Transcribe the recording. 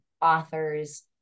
authors